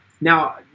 Now